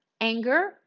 anger